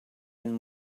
and